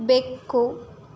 ಬೆಕ್ಕು